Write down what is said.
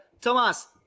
Thomas